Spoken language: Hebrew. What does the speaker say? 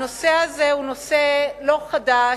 הנושא הזה הוא נושא לא חדש,